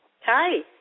Hi